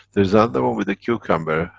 there is and one with a cucumber,